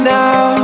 now